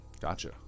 Gotcha